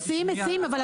גם